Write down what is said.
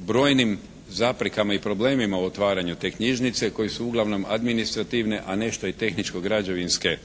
brojnim zaprekama i problemima u otvaranju te knjižnice koji su uglavnom administrativne a nešto i tehničko-građevinske